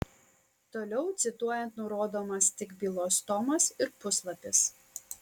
toliau cituojant nurodomas tik bylos tomas ir puslapis